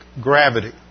gravity